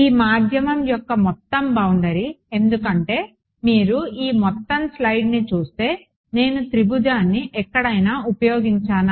ఈ మాధ్యమం యొక్క మొత్తం బౌండరీ ఎందుకంటే మీరు ఈ మొత్తం స్లయిడ్ని చూస్తే నేను త్రిభుజాన్ని ఎక్కడైనా ఉపయోగించానా